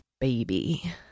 baby